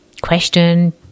question